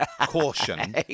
Caution